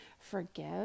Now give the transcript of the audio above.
forgive